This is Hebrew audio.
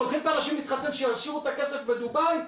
שולחים את האנשים להתחתן שישאירו את הכסף בדובאי?